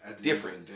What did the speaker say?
different